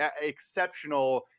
exceptional